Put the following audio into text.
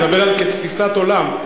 אני מדבר כתפיסת עולם.